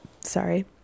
sorry